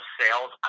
sales